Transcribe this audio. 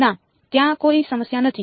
ના ત્યાં કોઈ સમસ્યા નથી